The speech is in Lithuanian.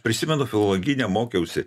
prisimenu filologyne mokiausi